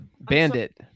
Bandit